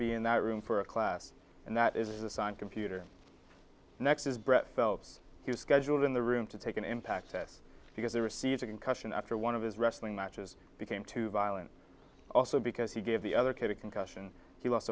be in that room for a class and that is assigned computer next is brett phelps he was scheduled in the room to take an impact test because they received a concussion after one of his wrestling matches became too violent also because he gave the other kid a concussion he lost